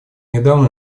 недавно